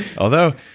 although,